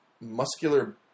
muscular